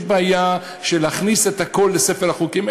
יש בעיה להכניס את הכול לספר החוקים.